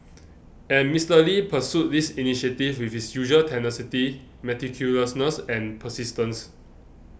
and Mister Lee pursued this initiative with his usual tenacity meticulousness and persistence